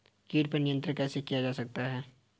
कीट पर नियंत्रण कैसे किया जा सकता है?